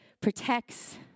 protects